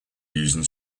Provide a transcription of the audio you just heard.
using